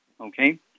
Okay